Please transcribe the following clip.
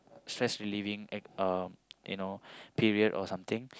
stress relieving uh you know period or something